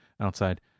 outside